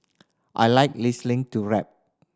I like listening to rap